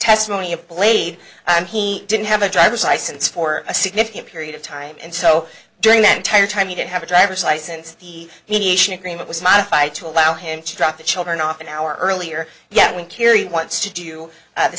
testimony of a blade and he didn't have a driver's license for a significant period of time and so during that entire time he did have a driver's license the he asian agreement was modified to allow him to drop the children off an hour earlier yet when kiri wants to do the